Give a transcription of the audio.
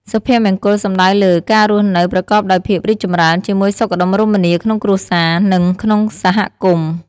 សុភមង្គលសំដៅលើ ការរស់នៅប្រកបដោយភាពរីករាយ ជាមួយសុខដុមរមនាក្នុងគ្រួសារ និងក្នុងសហគមន៍។